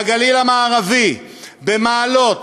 בגליל המערבי, במעלות,